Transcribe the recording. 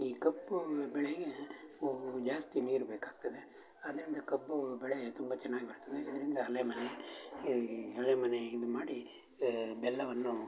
ಈ ಕಬ್ಬು ಬೆಳೆಗೆ ಜಾಸ್ತಿ ನೀರು ಬೇಕಾಗ್ತದೆ ಅದರಿಂದ ಕಬ್ಬು ಬೆಳೆ ತುಂಬ ಚೆನ್ನಾಗ್ ಬರ್ತದೆ ಇದರಿಂದ ಆಲೆಮನೆ ಈ ಆಲೆಮನೆ ಇದು ಮಾಡಿ ಬೆಲ್ಲವನ್ನು